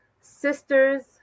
sisters